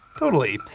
totally,